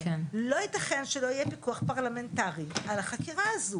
לא ייתכן שלא יהיה פיקוח פרלמנטרי על החקירה הזאת.